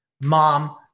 mom